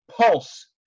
pulse